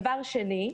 דבר שני,